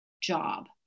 job